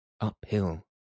uphill